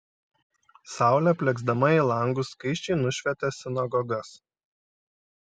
saulė plieksdama į langus skaisčiai nušvietė sinagogas